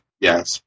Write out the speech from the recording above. Yes